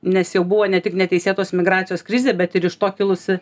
nes jau buvo ne tik neteisėtos migracijos krizė bet ir iš to kilusi